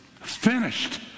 finished